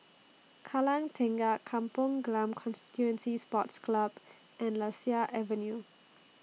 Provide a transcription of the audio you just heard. Kallang Tengah Kampong Glam Constituency Sports Club and Lasia Avenue